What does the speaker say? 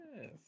Yes